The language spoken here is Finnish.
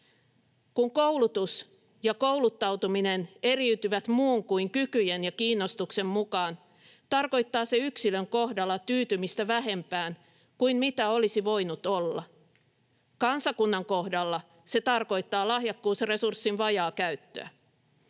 Kun koulutus ja kouluttautuminen eriytyvät muun kuin kykyjen ja kiinnostuksen mukaan, tarkoittaa se yksilön kohdalla tyytymistä vähempään kuin mitä olisi voinut olla. Kansakunnan kohdalla se tarkoittaa lahjakkuusresurssin vajaakäyttöä.